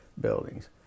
buildings